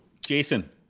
Jason